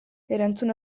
erantzun